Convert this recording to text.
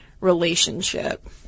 relationship